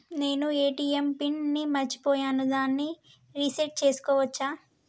నేను ATM PIN ని మరచిపోయాను దాన్ని రీ సెట్ చేసుకోవచ్చా?